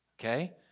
Okay